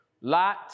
Lot